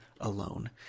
alone